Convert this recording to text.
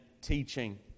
teaching